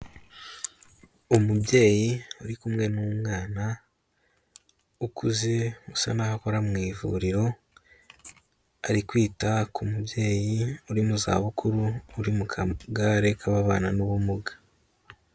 Umubyeyi ari kumwe n'umwana ukuze usa naho akora mu ivuriro, ari kwita ku mubyeyi uri mu zabukuru uri mu kagare k'ababana n'ubumuga.